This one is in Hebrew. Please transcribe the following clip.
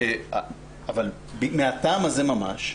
אבל מהטעם הזה ממש,